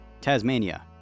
Tasmania